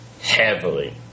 Heavily